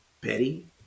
Betty